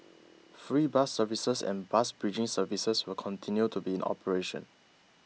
free bus services and bus bridging services will continue to be in operation